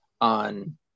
on